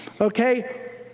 okay